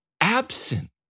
absent